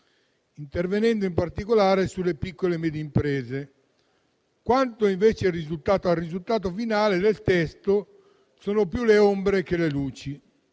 intervenendo in particolare sulle piccole e medie imprese. Quanto invece al risultato finale, nel testo sono più le ombre che le luci.